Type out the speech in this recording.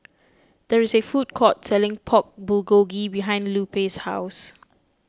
there is a food court selling Pork Bulgogi behind Lupe's house